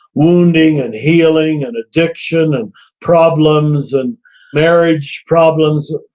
wounding and healing and addiction and problems and marriage problems.